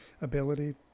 ability